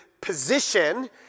position